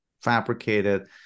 fabricated